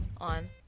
on